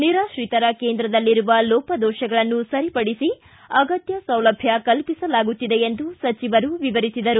ನಿರಾತ್ರಿತರ ಕೇಂದ್ರದಲ್ಲಿರುವ ಲೋಪದೋಷಗಳನ್ನು ಸರಿಪಡಿಸಿ ಅಗತ್ತ ಸೌಲಭ್ಯ ಕಲ್ಪಿಸಲಾಗುತ್ತಿದೆ ಎಂದು ಸಚಿವರು ವಿವರಿಸಿದರು